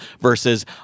versus